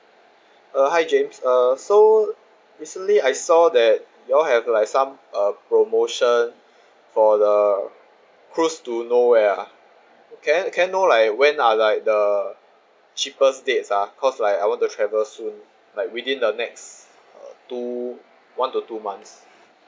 uh hi james uh so recently I saw that you all have like some uh promotion for the cruise to nowhere ah can I can I know like when are like the cheapest date ah cause like I want to travel soon like within the next uh two one to two months